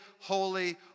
holy